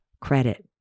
credit